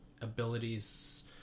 abilities